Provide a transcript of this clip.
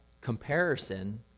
comparison